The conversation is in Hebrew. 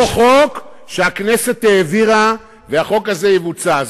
יש פה חוק שהכנסת העבירה, והחוק הזה יבוצע.